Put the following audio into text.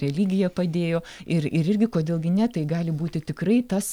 religija padėjo ir ir irgi kodėl gi ne tai gali būti tikrai tas